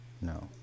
no